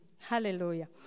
Hallelujah